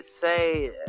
say